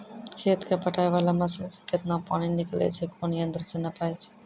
खेत कऽ पटाय वाला मसीन से केतना पानी निकलैय छै कोन यंत्र से नपाय छै